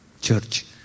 church